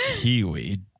kiwi